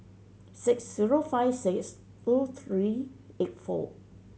six zero five six two three eight four